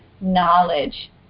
knowledge